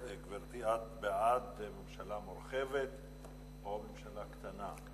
גברתי, את בעד ממשלה מורחבת או ממשלה קטנה?